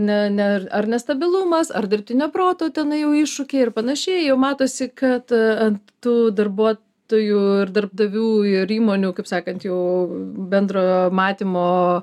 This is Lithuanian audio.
ne ne ar nestabilumas ar dirbtinio proto tenai jau iššūkiai ir panašiai jau matosi kad ant tų darbuotojų ir darbdavių ir įmonių kaip sakant jau bendro matymo